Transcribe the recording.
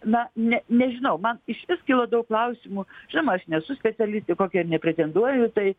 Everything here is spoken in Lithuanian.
na ne nežinau man iš vis kilo daug klausimų žinoma aš nesu specialistė kokia ir nepretenduoju tai